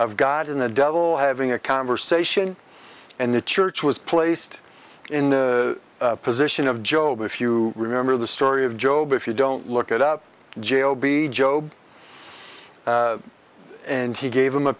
of god in the devil having a conversation and the church was placed in the position of job if you remember the story of job if you don't look it up j o b job and he gave them a